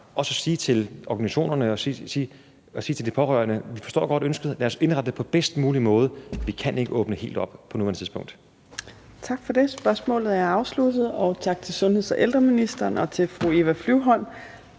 ansvar at sige til organisationerne og sige til de pårørende: Vi forstår godt ønsket, så lad os indrette det på bedst mulige måde, men vi kan ikke åbne helt op på nuværende tidspunkt. Kl. 15:04 Fjerde næstformand (Trine Torp): Tak for det. Spørgsmålet er afsluttet. Tak til sundheds- og ældreministeren, og tak til fru Eva Flyvholm.